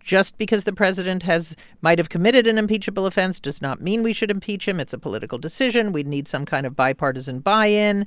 just because the president has might have committed an impeachable offense does not mean we should impeach him. it's a political decision. we'd need some kind of bipartisan buy-in